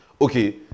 okay